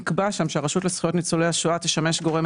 נקבע שם שהרשות לזכויות ניצולי השואה תשמש גורם